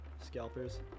Scalpers